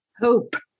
Hope